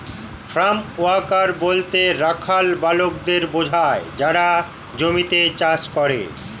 farm worker বলতে রাখাল বালকদের বোঝায় যারা জমিতে চাষ করে